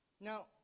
Now